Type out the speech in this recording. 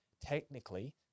Technically